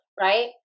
right